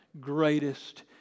greatest